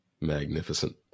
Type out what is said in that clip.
Magnificent